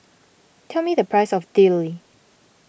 tell me the price of Dili